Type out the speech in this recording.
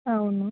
అవును